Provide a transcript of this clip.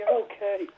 okay